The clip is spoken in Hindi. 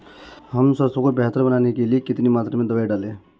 हम सरसों को बेहतर बनाने के लिए कितनी मात्रा में दवाई डालें?